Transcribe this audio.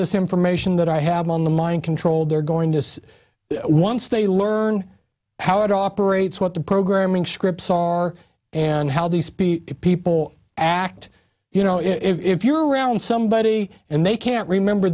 this information that i have on the mind control they're going to once they learn how it operates what the programming scripts on are and how these p people act you know if you're around somebody and they can't remember